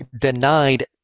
denied